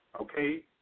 Okay